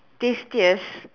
tastiest